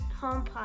HomePod